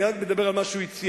אני מדבר רק על מה שהוא הציע,